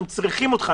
הם צריכים אותך.